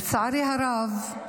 לצערי הרב,